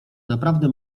naprawdę